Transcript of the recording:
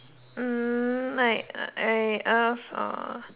hmm like I ask uh